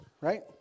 right